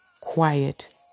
quiet